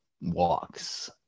walks